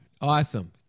Awesome